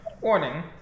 Warning